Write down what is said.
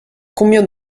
combien